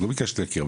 לא ביקשתי להכיר,